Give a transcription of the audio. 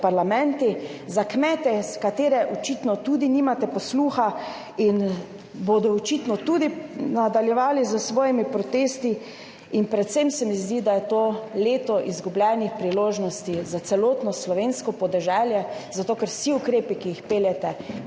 za kmete, za katere očitno tudi nimate posluha in bodo očitno tudi nadaljevali s svojimi protesti. Predvsem se mi pa zdi, da je to leto izgubljenih priložnosti za celotno slovensko podeželje, zato ker gredo vsi ukrepi, ki jih peljete,